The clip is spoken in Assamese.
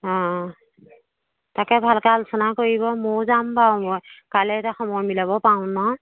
অ তাকে ভালকৈ আলোচনা কৰিব ময়ো যাম বাৰু মই কাইলৈ এতিয়া সময় মিলাব পাৰোঁ নে নাই